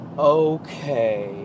Okay